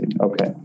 Okay